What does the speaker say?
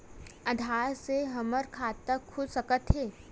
आधार से हमर खाता खुल सकत हे?